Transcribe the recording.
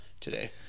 today